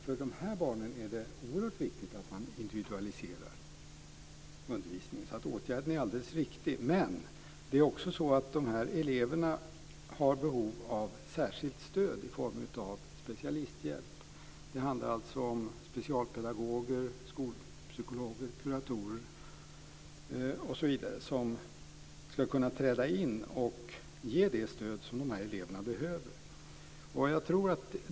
För de här barnen är det oerhört viktigt att man individualiserar undervisningen. Åtgärden är alltså alldeles riktig, men de här eleverna har också behov av särskilt stöd i form av specialisthjälp. Det handlar om specialpedagoger, skolpsykologer, kuratorer osv. som ska kunna träda in och ge det stöd som dessa elever behöver.